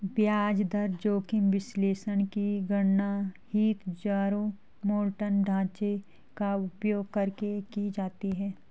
ब्याज दर जोखिम विश्लेषण की गणना हीथजारोमॉर्टन ढांचे का उपयोग करके की जाती है